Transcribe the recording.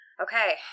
Okay